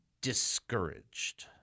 discouraged